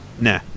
nah